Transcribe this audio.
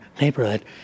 neighborhood